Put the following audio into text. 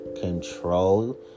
control